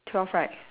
twelve right